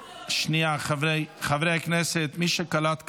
שנייה, חברי הכנסת, מי שקלט קלט.